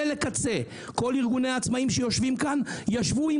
כל ארגוני העצמאים שיושבים כאן ישבו עם